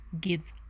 gives